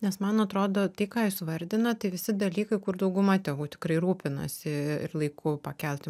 nes man atrodo tai ką jūs vardinat tai visi dalykai kur dauguma tėvų tikrai rūpinasi ir laiku pakelti